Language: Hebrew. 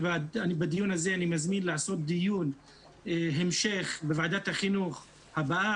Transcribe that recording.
בדיון הזה אני מזמין לעשות דיון המשך בוועדת החינוך הבאה,